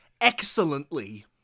excellently